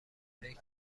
اوپک